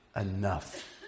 enough